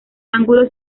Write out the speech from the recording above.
ángulos